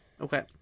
Okay